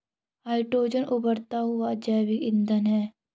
hydrogen उबरता हुआ जैविक ईंधन है